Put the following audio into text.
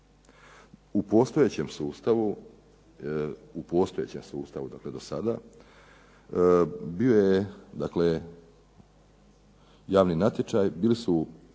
obrane od poplava. U postojećem sustavu, dakle do sada bio je javni natječaj bili su